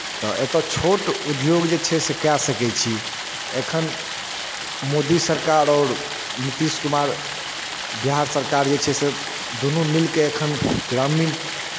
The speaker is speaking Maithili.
तऽ एतय छोट उद्योग जे छै से कए सकै छी एखन मोदी सरकार आओर नीतीश कुमार बिहार सरकार जे छै से दुनू मिलि कऽ एखन ग्रामीण